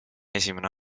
esimene